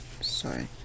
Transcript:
sorry